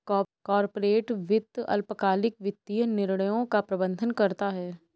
corporate वित्त अल्पकालिक वित्तीय निर्णयों का प्रबंधन करता है